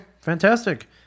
fantastic